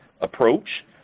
approach